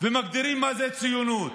ומגדירים מה זאת ציונות.